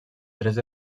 tres